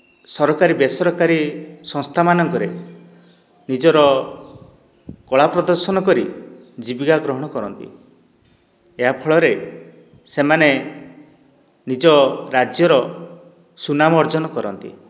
ସରକାରୀ ବେସରକାରୀ ସଂସ୍ଥାମାନଙ୍କରେ ନିଜର କଳା ପ୍ରଦର୍ଶନ କରି ଜୀବିକା ଗ୍ରହଣ କରନ୍ତି ଏହା ଫଳରେ ସେମାନେ ନିଜ ରାଜ୍ୟର ସୁନାମ ଅର୍ଜନ କରନ୍ତି